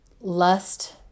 lust